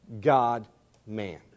God-man